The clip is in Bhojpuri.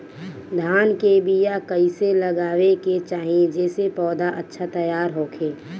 धान के बीया कइसे लगावे के चाही जेसे पौधा अच्छा तैयार होखे?